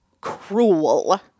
cruel